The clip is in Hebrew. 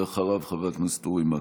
אחריו, חבר הכנסת אורי מקלב.